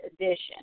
edition